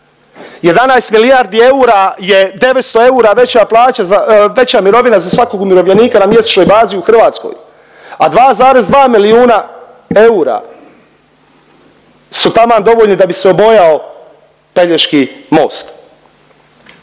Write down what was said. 11 milijardi eura je 900 eura veća mirovina za svakog umirovljenika na mjesečnoj bazi u Hrvatskoj, a 2,2 milijuna eura su taman dovoljni da bi se obojao Pelješki most.